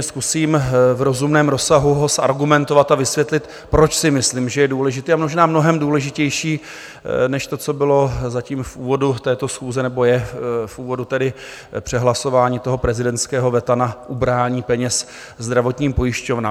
Zkusím ho v rozumném rozsahu zargumentovat a vysvětlit, proč si myslím, že je důležitý a možná mnohem důležitější než to, co bylo zatím v úvodu této schůze, nebo je, tedy přehlasování prezidentského veta na ubrání peněz zdravotním pojišťovnám.